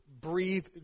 breathe